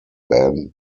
band